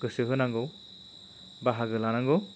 गोसो होनांगौ बाहागो लानांगौ